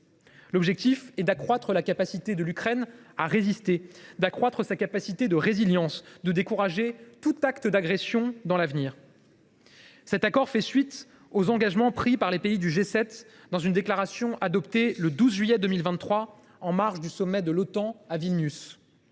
L’objectif est d’accroître la capacité de l’Ukraine à résister, de renforcer sa résilience et de décourager tout acte d’agression à l’avenir. Dans le prolongement des engagements pris par les pays du G7 dans une déclaration adoptée le 12 juillet 2023 en marge du sommet de l’Otan à Vilnius,